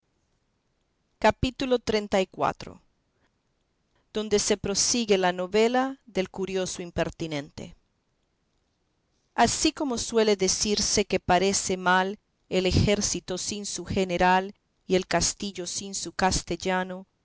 capítulo xxxiv donde se prosigue la novela del curioso impertinente así como suele decirse que parece mal el ejército sin su general y el castillo sin su castellano